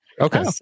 Okay